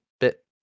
bit